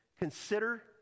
Consider